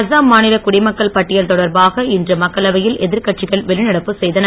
அஸ்ஸாம் மாநில குடிமக்கள் பட்டியல் தொடர்பாக இன்று மக்களவையில் எதிர்கட்சிகள் வெளிநடப்பு செய்தன